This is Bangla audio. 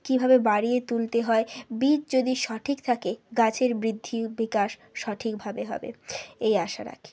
কীভাবে বাড়িয়ে তুলতে হয় বীজ যদি সঠিক থাকে গাছের বৃদ্ধি বিকাশ সঠিকভাবে হবে এই আশা রাখি